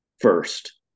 first